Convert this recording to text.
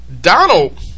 Donald